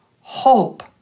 hope